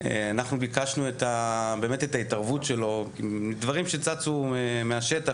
אנחנו ביקשנו באמת את ההתערבות שלו מדברים שצצו מהשטח,